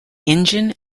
engine